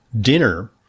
dinner